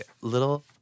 Little